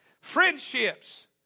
Friendships